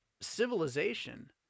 civilization